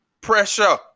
pressure